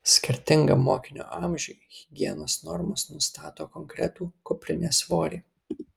skirtingam mokinio amžiui higienos normos nustato konkretų kuprinės svorį